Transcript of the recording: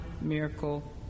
miracle